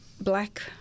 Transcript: black